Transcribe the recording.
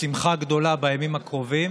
בשמחה גדולה בימים הקרובים,